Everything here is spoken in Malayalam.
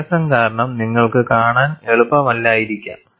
വ്യത്യാസം കാരണം നിങ്ങൾക്ക് കാണാൻ എളുപ്പമല്ലായിരിക്കാം